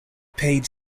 paid